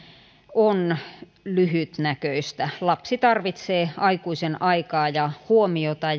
on lyhytnäköistä lapsi tarvitsee aikuisen aikaa ja huomiota